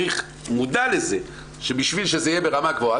מודע לזה שבשביל שזה יהיה ברמה גבוהה,